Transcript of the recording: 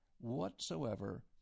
whatsoever